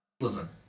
Listen